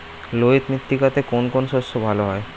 লোহিত মৃত্তিকাতে কোন কোন শস্য ভালো হয়?